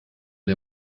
der